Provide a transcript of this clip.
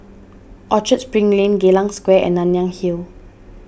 Orchard Spring Lane Geylang Square and Nanyang Hill